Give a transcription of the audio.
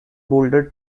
boulder